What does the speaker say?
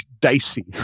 dicey